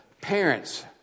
parents